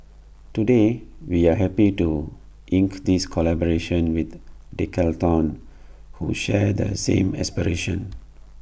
today we are happy to ink this collaboration with Decathlon who share the same aspiration